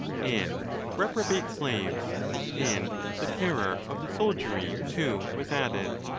and reprobate slaves and the terror of the soldiery, too, was added.